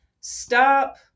stop